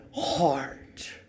heart